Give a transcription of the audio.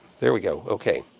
there we go. okay.